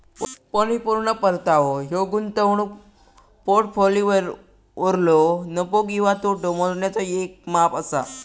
परिपूर्ण परतावो ह्यो गुंतवणूक पोर्टफोलिओवरलो नफो किंवा तोटो मोजण्याचा येक माप असा